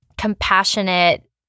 compassionate